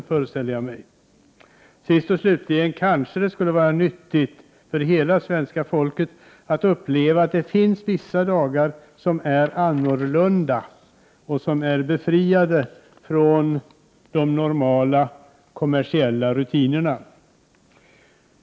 Sist och slutligen skulle det kanske vara nyttigt för hela svenska folket att uppleva att det finns vissa dagar som är annorlunda och som är befriade från de normala kommersiella rutinerna.